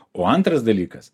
o antras dalykas